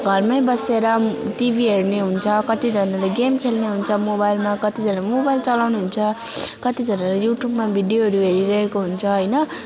घरमै बसेर टिभी हेर्ने हुन्छ कतिजनाले गेम खेल्ने हुन्छ मोबाइलमा कतिजाना मोबाइल चलाउने हुन्छ कतिजनाले युट्युबमा भिडियोहरू हेरिरहेको हुन्छ होइन